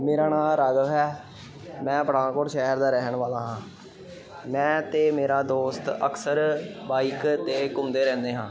ਮੇਰਾ ਨਾਂ ਰਾਘਵ ਹੈ ਮੈਂ ਪਠਾਨਕੋਟ ਸ਼ਹਿਰ ਦਾ ਰਹਿਣ ਵਾਲਾ ਹਾਂ ਮੈਂ ਅਤੇ ਮੇਰਾ ਦੋਸਤ ਅਕਸਰ ਬਾਈਕ 'ਤੇ ਘੁੰਮਦੇ ਰਹਿੰਦੇ ਹਾਂ